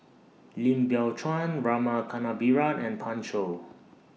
Lim Biow Chuan Rama Kannabiran and Pan Shou